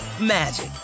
magic